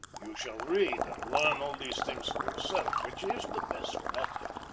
you shall read and learn all these things for yourself, which is the best method.